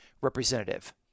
representative